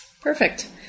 Perfect